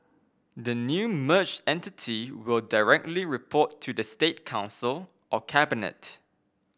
the new merged entity will directly report to the State Council or cabinet